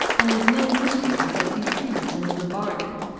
and as many mistresses as he chooses into the bargain,